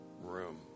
room